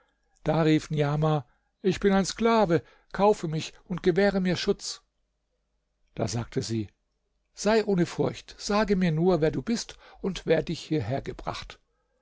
da rief niamah ich bin ein sklave kaufe mich und gewähre mir schutz da sagte sie sei ohne furcht sage mir nur wer du bist und wer dich hierhergebracht